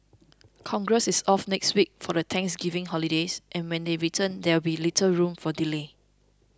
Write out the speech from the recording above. congress is off next week for the Thanksgiving holidays and when they return there will be little room for delay